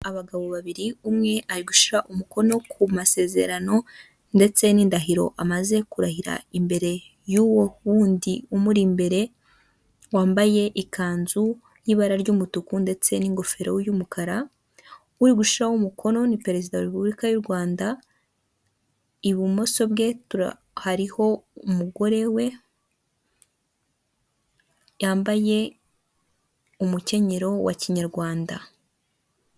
Abagabo babiri, umwe ari gushyira umukono ku masezerano ndetse n'indahiro amaze kurahira imbere y'uwo wundi umuri imbere wambaye ikanzu y'ibara ry'umutuku ndetse n'ingofero y'umukara, uri gushyiraho umukono ni perezida wa repubulika y'u Rwanda, ibumoso bwe hariho umugore we yambaye umukenyero wa kinyarwanda.